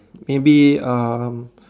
maybe um